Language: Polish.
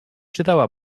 czytała